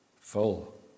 full